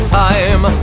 time